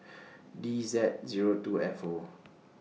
D Z Zero two F O